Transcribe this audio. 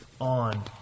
on